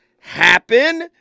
happen